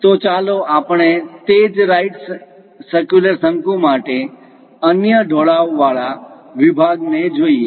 તો ચાલો આપણે તે જ રાઈટ સરક્યુલર શંકુ માટે અન્ય ઢોળાવવાળા વિભાગને જોઈએ